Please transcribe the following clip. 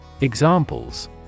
Examples